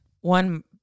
One